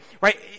right